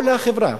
כל החברה,